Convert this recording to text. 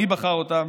מי בחר אותם,